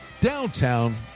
downtown